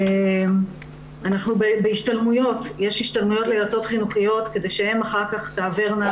יש השתלמויות ליועצות חינוכיות כדי שהן אחר כך תעברנה